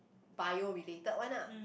bio related one ah